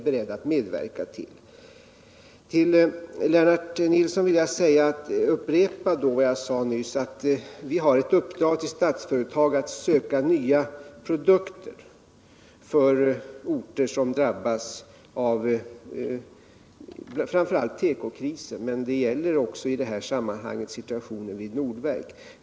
För Lennart Nilsson vill jag upprepa vad jag sade nyss, nämligen att vi har ett uppdrag till Statsföretag att söka nya produkter för orter som drabbas framför allt av tekokrisen men i det här sammanhanget också av situationen vid Nordverk.